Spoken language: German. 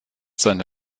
seine